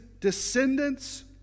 descendants